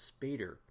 Spader